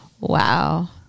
wow